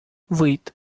vuit